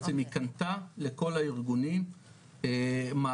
בעצם היא קנתה לכל הארגונים מערכות,